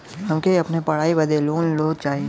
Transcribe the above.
हमके अपने पढ़ाई बदे लोन लो चाही?